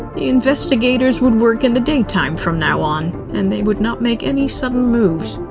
the investigators would work in the daytime from now on, and they would not make any sudden moves.